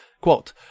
Quote